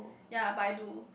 ya but I do